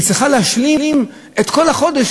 היא צריכה להשלים את כל החודש,